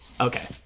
Okay